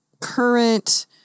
current